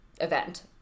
event